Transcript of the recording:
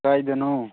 ꯀꯥꯏꯗꯅꯣ